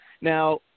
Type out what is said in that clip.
Now